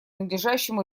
надлежащему